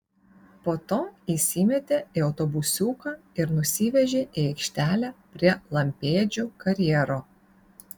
po to įsimetė į autobusiuką ir nusivežė į aikštelę prie lampėdžių karjero